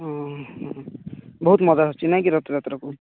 ହଁ ହଁ ବହୁତ ମଜା ଆସୁଛି ନାଇଁକି ରଥଯାତ୍ରାକୁ